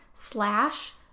slash